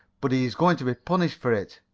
but he is going to be punished for it.